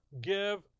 give